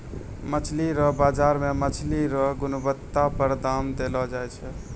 मछली रो बाजार मे मछली रो गुणबत्ता पर दाम देलो जाय छै